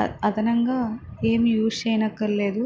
అ అదనంగా ఏమి యూస్ చేయనక్కర్లేదు